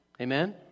Amen